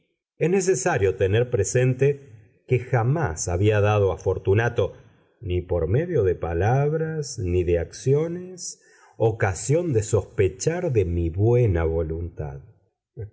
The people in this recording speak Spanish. es necesario tener presente que jamás había dado a fortunato ni por medio de palabras ni de acciones ocasión de sospechar de mi buena voluntad